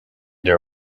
they